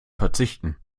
verzichten